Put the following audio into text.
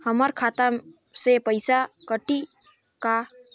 हमर खाता से पइसा कठी का?